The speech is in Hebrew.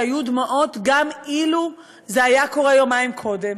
שהיו דמעות גם אילו זה היה קורה יומיים קודם,